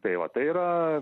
tai va tai yra